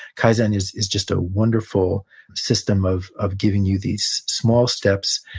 kaizen is is just a wonderful system of of giving you these small steps,